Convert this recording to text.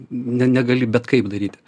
ne negali bet kaip daryti